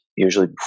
Usually